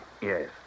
Yes